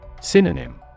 Synonym